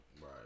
Right